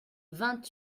vingt